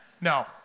No